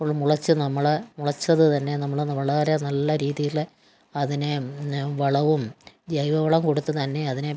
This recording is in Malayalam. അപ്പോൾ മുളച്ച് നമ്മൾ മുളച്ചതുതന്നെ നമ്മൾ വളരെ നല്ല രീതിയിൽ അതിനെ പിന്നെ വളവും ജൈവവളം കൊടുത്ത് തന്നെ അതിനെ